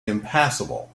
impassable